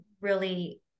really-